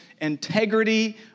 integrity